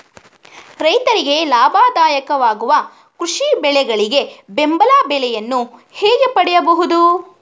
ರೈತರಿಗೆ ಲಾಭದಾಯಕ ವಾಗುವ ಕೃಷಿ ಬೆಳೆಗಳಿಗೆ ಬೆಂಬಲ ಬೆಲೆಯನ್ನು ಹೇಗೆ ಪಡೆಯಬಹುದು?